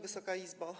Wysoka Izbo!